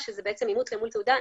אימות אל מול תעודה.